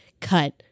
cut